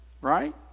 right